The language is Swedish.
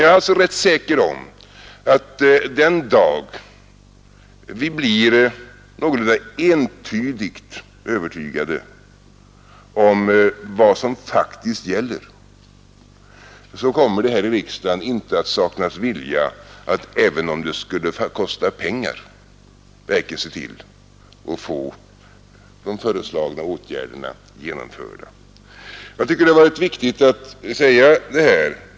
Jag är alltså rätt säker på att den dag vi blir någorlunda entydigt övertygade om vad som faktiskt gäller kommer det här i riksdagen inte att saknas vilja att, även om det skulle kosta pengar, verkligen se till att få de föreslagna åtgärderna genomförda. Jag tycker att det har varit viktigt att säga detta.